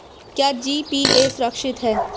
क्या जी.पी.ए सुरक्षित है?